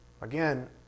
Again